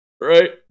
right